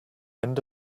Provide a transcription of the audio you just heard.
end